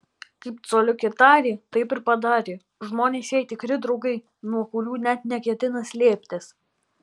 kaip coliukė tarė taip ir padarė žmonės jai tikri draugai nuo kurių net neketina slėptis